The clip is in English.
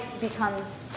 becomes